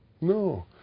No